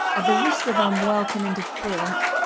at the risk of unwelcome interference,